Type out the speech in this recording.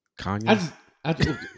Kanye